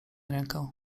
rękę